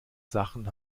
sachen